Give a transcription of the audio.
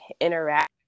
interact